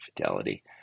Fidelity